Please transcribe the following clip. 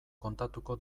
kontatuko